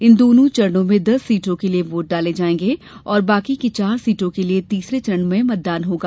इन दोनों चरणों में दस सीटों के लिये वोट डाल जाएंगे और बाकी की चार सीटों के लिये तीसरे चरण मतदान होगा